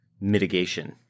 mitigation